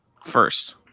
first